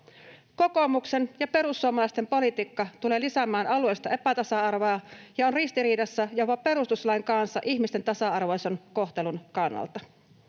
Kokoomuksen ja perussuomalaisten politiikka tulee lisäämään alueellista epätasa-arvoa ja on ristiriidassa jopa perustuslain kanssa ihmisten tasa-arvoisen kohtelun kannalta.